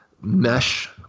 mesh